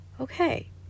okay